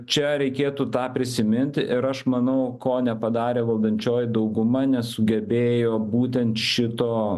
čia reikėtų tą prisimint ir aš manau ko nepadarė valdančioji dauguma nesugebėjo būtent šito